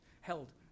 held